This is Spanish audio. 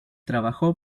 trabajó